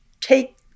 take